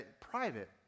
private